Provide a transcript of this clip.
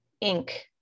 ink